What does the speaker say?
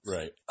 Right